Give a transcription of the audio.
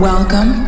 Welcome